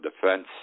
defense